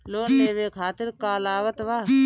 Loan लेवे खातिर का का लागत ब?